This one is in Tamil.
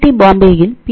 டி பம்பாயில் பி